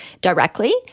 directly